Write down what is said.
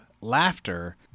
laughter